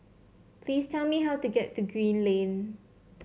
please tell me how to get to Green Lane